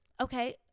okay